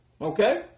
Okay